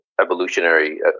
evolutionary